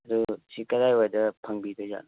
ꯑꯗꯨ ꯁꯤ ꯀꯔꯥꯏꯋꯥꯏꯗ ꯐꯪꯕꯤꯗꯣꯏꯖꯥꯠꯅꯣ